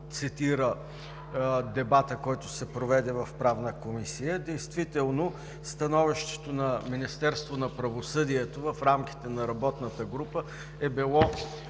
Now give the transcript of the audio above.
цитира дебата, който се проведе в Правна комисия. Действително, становището на Министерството на правосъдието в рамките на работната група е било